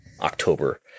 October